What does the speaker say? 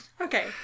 Okay